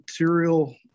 material